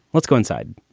let's go inside